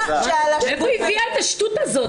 מאיפה את מביעה את השטות הזאת?